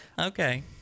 Okay